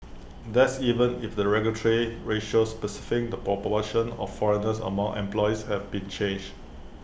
that's even if the regulatory ratio specifying the proportion of foreigners among employees have been changed